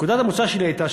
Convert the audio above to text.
נקודת המוצא שלי הייתה,